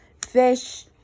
fish